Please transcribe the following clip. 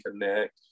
connect